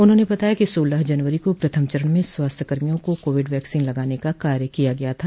उन्होंने बताया कि सोलह जनवरी को प्रथम चरण में स्वास्थ्य कर्मियों को कोविड वैक्सीन लगाने का कार्य किया गया था